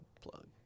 plug